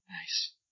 Nice